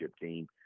team